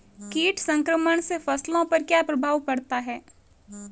कीट संक्रमण से फसलों पर क्या प्रभाव पड़ता है?